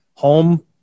home